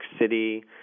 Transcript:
City